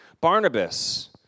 Barnabas